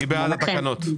מי בעד התקנות?